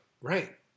right